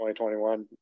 2021